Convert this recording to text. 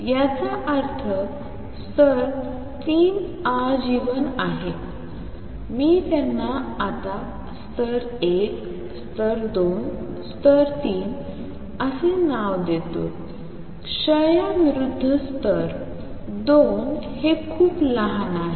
याचा अर्थ स्तर 3 आजीवन आहे मी त्यांना आता स्तर 1 स्तर 2 स्तर 3 असे नाव देतो क्षय विरुद्ध स्तर 2 हे खूप लहान आहे